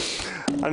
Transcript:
אושרה.